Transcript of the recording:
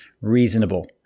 reasonable